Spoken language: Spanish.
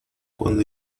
cuando